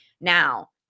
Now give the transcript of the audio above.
Now